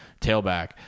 tailback